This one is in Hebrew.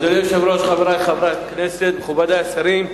אדוני היושב-ראש, חברי חברי הכנסת, מכובדי השרים,